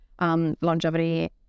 longevity